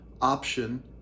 option